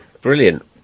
brilliant